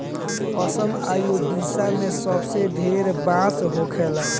असम, ओडिसा मे सबसे ढेर बांस होखेला